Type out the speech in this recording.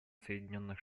соединенных